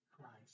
Christ